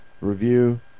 review